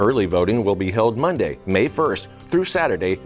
early voting will be held monday may first through saturday